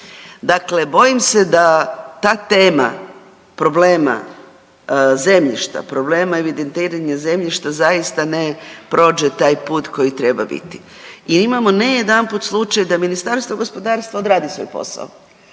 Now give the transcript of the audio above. Dakle, bojim se da ta tema problema zemljišta, problema evidentiranja zemljišta zaista ne prođe taj put koji treba biti jer imamo ne jedanput slučaj da Ministarstvo gospodarstva odradi svoj posao.